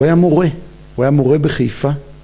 ‫הוא היה מורה, ‫הוא היה מורה בחיפה.